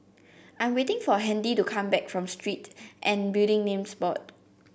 I am waiting for Handy to come back from Street and Building Names Board